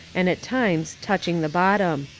and, at times, touching the bottom.